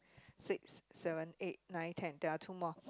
six seven eight nine ten there are two more